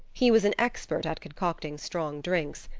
he was an expert at concocting strong drinks.